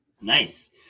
Nice